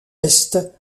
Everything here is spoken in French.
est